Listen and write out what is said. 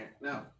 no